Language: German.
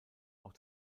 auch